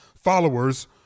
followers